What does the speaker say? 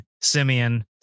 Simeon